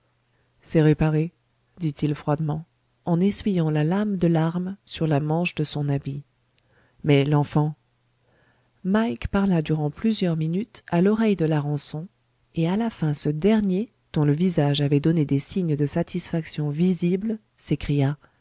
c'est réparé dit-il froidement en essuyant la lame de l'arme sur la manche de son habit mais l'enfant mike parla durant plusieurs minutes à l'oreille de larençon et à la fin ce dernier dont le visage avait donné des signes de satisfaction visible s'écria